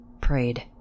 Prayed